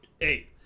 eight